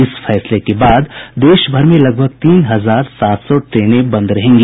इस फैसले के बाद देशभर में लगभग तीन हजार सात सौ ट्रेने बंद रहेंगी